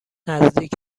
نزدیک